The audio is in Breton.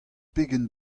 pegen